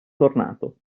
tornato